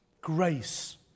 Grace